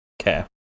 Okay